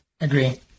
Agree